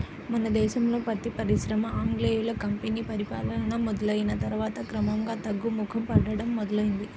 మన దేశంలో పత్తి పరిశ్రమ ఆంగ్లేయుల కంపెనీ పరిపాలన మొదలయ్యిన తర్వాత క్రమంగా తగ్గుముఖం పట్టడం మొదలైంది